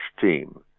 team